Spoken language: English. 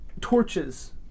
Torches